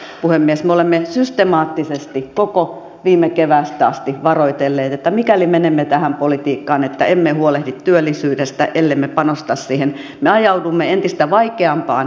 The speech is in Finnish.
tästä puhemies me olemme systemaattisesti koko viime keväästä asti varoitelleet että mikäli menemme tähän politiikkaan että emme huolehdi työllisyydestä ellemme panosta siihen me ajaudumme entistä vaikeampaan talouskierteeseen